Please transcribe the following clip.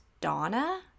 Donna